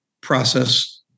process